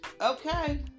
Okay